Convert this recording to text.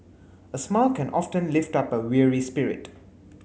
a smile can often lift up a weary spirit